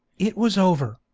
it was over,